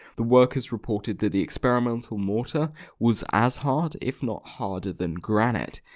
the workers reported that the experimental mortar was as hard, if not harder than granite!